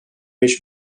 beş